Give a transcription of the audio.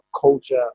culture